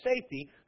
safety